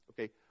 Okay